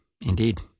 Indeed